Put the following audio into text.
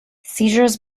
seizures